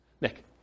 Nick